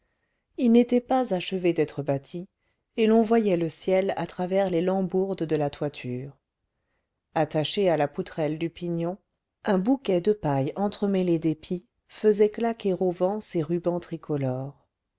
il n'était pas achevé d'être bâti et l'on voyait le ciel à travers les lambourdes de la toiture attaché à la poutrelle du pignon un bouquet de paille entremêlé d'épis faisait claquer au vent ses rubans tricolores